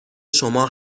شما